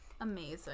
Amazing